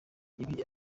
ibi